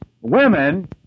Women